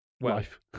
life